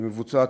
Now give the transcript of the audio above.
היא מבוצעת,